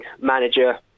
manager